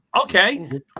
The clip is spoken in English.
okay